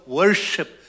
worship